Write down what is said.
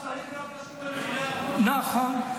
עודד פורר (ישראל ביתנו): למה הוא צריך להיות קשור למבנה --- נכון.